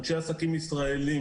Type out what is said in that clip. אנשי עסקים ישראלים,